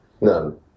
None